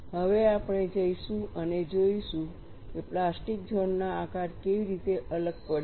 હવે આપણે જઈશું અને જોઈશું કે પ્લાસ્ટિક ઝોન ના આકાર કેવી રીતે અલગ પડે છે